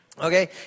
okay